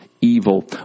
evil